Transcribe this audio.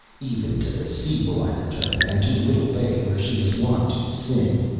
even to the sea will i return, and to the little bay where she is wont to sing,